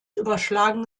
überschlagen